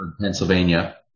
Pennsylvania